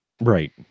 right